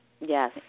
Yes